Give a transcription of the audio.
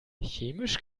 chemisch